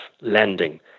lending